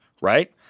right